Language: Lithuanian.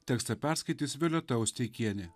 tekstą perskaitys violeta osteikienė